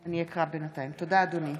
תודה, אדוני.